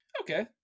okay